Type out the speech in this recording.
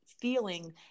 feeling